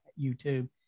YouTube